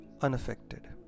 Unaffected